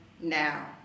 now